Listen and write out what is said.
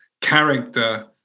character